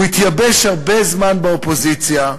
הוא התייבש הרבה זמן באופוזיציה,